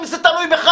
אם זה תלוי בך